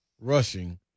rushing